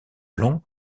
plan